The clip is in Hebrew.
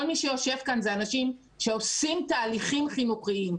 כל מי שיושב כאן הם אנשים שעושים תהליכים חינוכיים.